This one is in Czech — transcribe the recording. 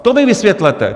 To mi vysvětlete.